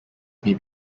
may